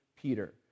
Peter